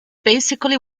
basically